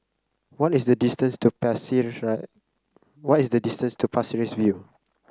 what is the distance to what is the distance to Pasir Ris View